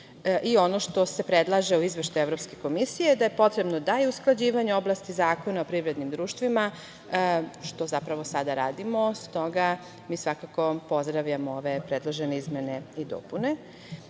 što se predlaže u Izveštaju Evropske komisije, da je potrebno da je usklađivanje u oblasti Zakona o privrednim društvima, što zapravo sada radimo, stoga mi svakako pozdravljamo ove predložene izmene i